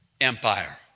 empire